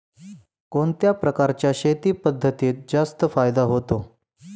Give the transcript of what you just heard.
कोणत्या प्रकारच्या शेती पद्धतीत जास्त फायदा होतो?